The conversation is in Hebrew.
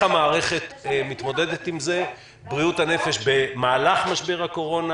המערכת מתמודדת עם זה: בריאות הנפש במהלך משבר הקורונה